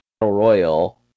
Royal